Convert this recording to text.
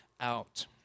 out